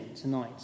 tonight